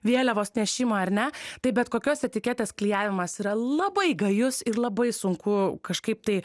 vėliavos nešimą ar ne tai bet kokios etiketės klijavimas yra labai gajus ir labai sunku kažkaip tai